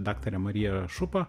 daktare marija šupa